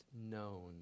known